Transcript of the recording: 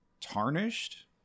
tarnished